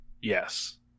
Yes